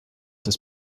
des